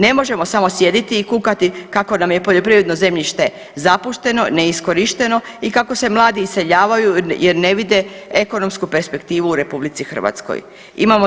Ne možemo samo sjediti i kukati kako nam je poljoprivredno zemljište zapušteno, neiskorišteno i kako se mladi iseljavaju jer ne vide ekonomsku perspektivu u Republici Hrvatskoj.